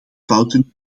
fouten